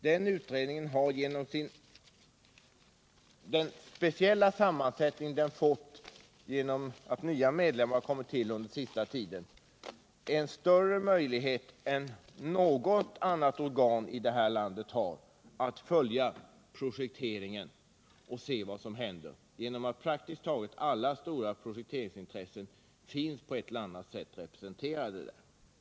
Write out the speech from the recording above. Den utredningen har, med den speciella samman Nr 52 sättning som den fått genom att nya medlemmar tillkommit under den Torsdagen den senaste tiden, större möjligheter än något annat organ i det här landet 15 december 1977 att följa projekteringen och se vad som händer. Praktiskt taget alla stora prospekteringsintressen finns på ett eller annat sätt representerade i ut = Den fysiska redningen.